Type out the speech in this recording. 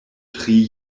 tri